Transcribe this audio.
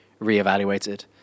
reevaluated